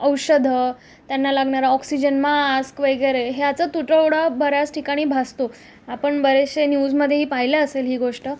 औषधं त्यांना लागणारा ऑक्सिजन मास्क वगैरे ह्याचं तुटवडा बऱ्याच ठिकाणी भासतो आपण बरेचसे न्यूजमध्येही पाहिल्या असेल ही गोष्ट